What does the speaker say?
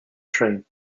train